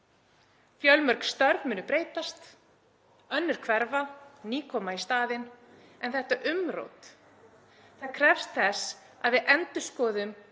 Fjölmörg störf munu breytast, önnur hverfa og ný koma í staðinn en þetta umrót krefst þess að við endurskoðum